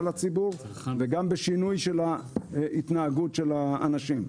לציבור וגם בשינוי ההתנהגות של האנשים.